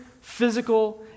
physical